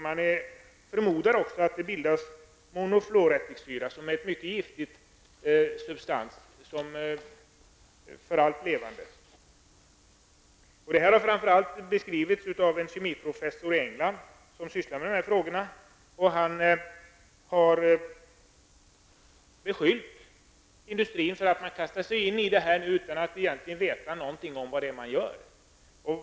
Man förmodar att det också bildas monofluorättikssyra som är mycket giftig för allt levande. Detta har framför allt beskrivits av en kemiprofessor i England som sysslar med dessa frågor. Han har beskyllt industrin för att kasta sig in i detta utan att egentligen veta vad man gör.